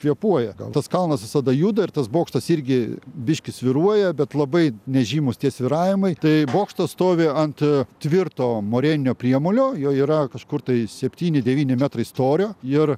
kvėpuoja gal tas kalnas visada juda ir tas bokštas irgi biškį svyruoja bet labai nežymūs tie svyravimai tai bokštas stovi ant tvirto moreninio priemolio jo yra kažkur tai septyni devyni metrai storio ir